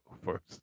first